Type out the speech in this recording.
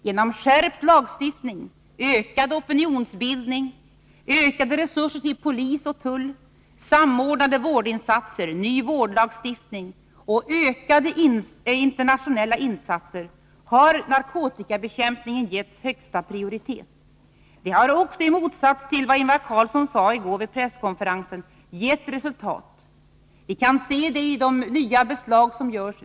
Genom skärpt lagstiftning, ökad opinionsbildning, ökade resurser till polis och tull, samordnade vårdinsatser, ny vårdlagstiftning och ökade internationella insatser har narkotikabekämpningen getts högsta prioritet. Detta har också, i motsats till vad Ingvar Carlsson sade i går, gett resultat. Vi kan se det i de nya beslag som görs.